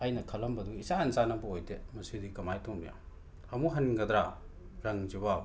ꯑꯩꯅ ꯈꯜꯂꯝꯕꯗꯨꯒ ꯏꯆꯥꯟ ꯆꯥꯟꯅꯕ ꯑꯣꯏꯗꯦ ꯃꯁꯤꯗꯤ ꯀꯃꯥꯏ ꯇꯧꯅꯤ ꯑꯃꯨꯛ ꯍꯟꯒꯗ꯭ꯔꯥ ꯔꯪꯁꯤꯕꯣ